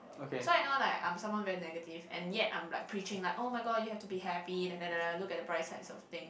so I know like I am someone very negative and yet I am like preaching like [oh]-my-god you have to happy dadada look at the bright sides of thing